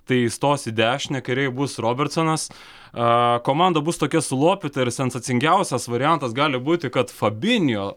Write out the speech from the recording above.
tai stos į dešinę kiarėj bus robertsonas a komanda bus tokia sulopyta ir sensacingiausias variantas gali būti kad fabinijo